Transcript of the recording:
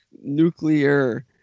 nuclear